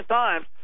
times